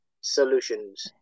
solutions